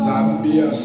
Zambia